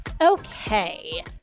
Okay